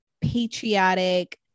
patriotic